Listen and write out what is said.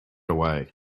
away